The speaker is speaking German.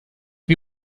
wie